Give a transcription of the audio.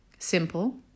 simple